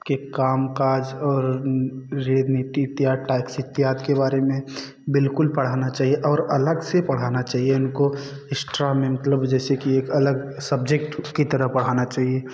के कामकाज और रेल नीति इत्याद टाइप से इत्याद के बारे में बिल्कुल पढ़ाना चाहिए और अलग से पढ़ाना चाहिए उनको एक्स्ट्रा में मतलब जैसे कि एक अलग सब्जेक्ट की तरह पढ़ाना चाहिए